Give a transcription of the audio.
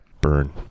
Burn